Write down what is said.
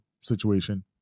situation